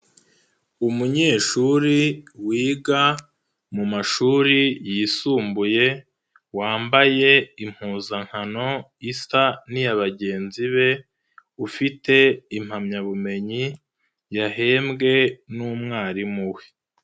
Umunyeshuri wiga mu mashuri yisumbuye, wambaye impuzankano isa n'iya bagenzi be, ufite impamyabumenyi yahembwe n'umwarimu we.